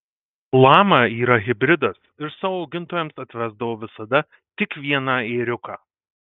lama yra hibridas ir savo augintojams atvesdavo visada tik vieną ėriuką